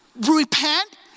repent